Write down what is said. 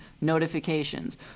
notifications